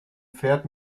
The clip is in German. pferd